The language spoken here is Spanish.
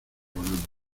bonanza